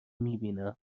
میبینم